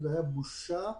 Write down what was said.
זאת הייתה בושה וכלימה.